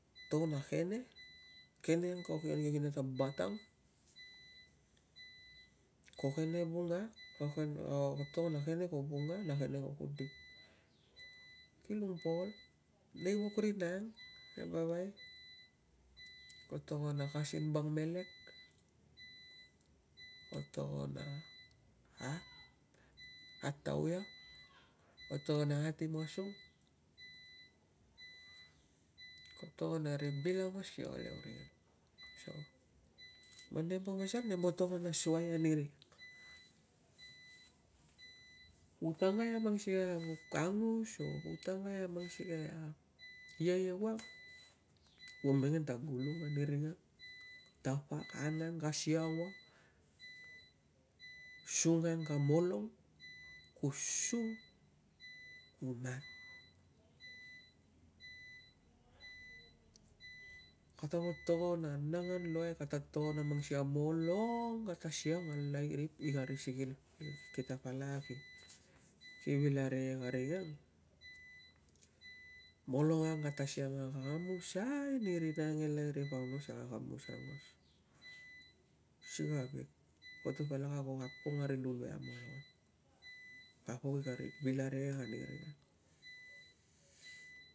Ko tongon a kene, kene ang kio kinia ta batang, ko kene vunga, ko, ko tongon a kene ko vunga na kene ko kudik, kilung bo ol nei vuk rina ang, nei vavai, ko tongon a kas i bang melek, ko tongon na, a yat i tauia, yat i masung, ko to ngo nari bil aungos kio ol euring ang, so man nem po pasal nem po tongon a suai ani ring ang. Ku tangai a mang vuk sikei a angus o ku tangai u mangsikei a ai ewang, kua mengen ta gulang ani ring ang, angang, tapak ka siang wa, sungang ka molong, kusu, ku mat. Kata po tongon na anungan luai kata tongon na mang sikei a molong kata siang e larip i kari sung sikil, kita palak, ki vil arikek na ring ang, molong ang kata siang na ka kamusai ni rina ang e laripaungos na ka kamus aungos. Using a koto palak a ko apung ari lu ang na molong ang, papuk i bil arikek ani ring ang